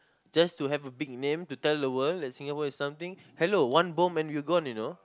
just to have a big name to tell the world that Singapore is something hello one bomb and were gone you know